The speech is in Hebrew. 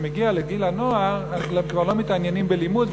כשמגיעים לגיל הנוער הם כבר לא מתעניינים בלימוד,